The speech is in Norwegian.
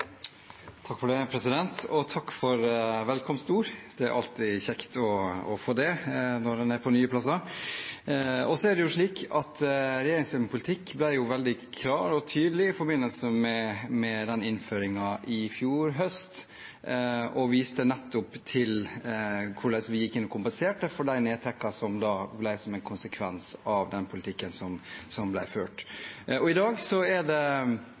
Takk for velkomstordene. Det er alltid kjekt å få det når en er på nye plasser. Regjeringens politikk ble jo veldig klar og tydelig i forbindelse med den innføringen i fjor høst. Den viste nettopp til hvordan vi gikk inn og kompenserte for de nedtrekkene som ble en konsekvens av den politikken som ble ført. I dag er det lagt fram – jeg tror bare det er noen minutter siden det